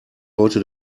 heute